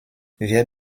wir